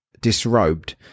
disrobed